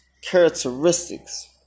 characteristics